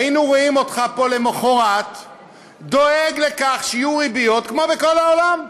היינו רואים אותך פה למחרת דואג לכך שיהיו ריביות כמו בכל העולם.